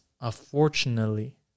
unfortunately